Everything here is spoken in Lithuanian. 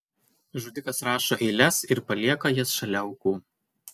žudikas rašo eiles ir palieka jas šalia aukų